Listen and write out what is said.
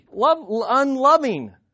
unloving